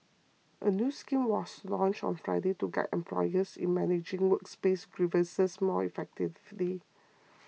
a new scheme was launched on Friday to guide employers in managing workplace grievances more effectively